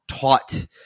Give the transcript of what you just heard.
taught